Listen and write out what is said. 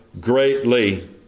greatly